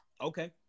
Okay